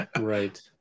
Right